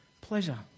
pleasure